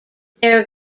their